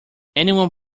anyone